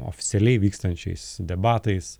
oficialiai vykstančiais debatais